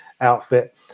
outfit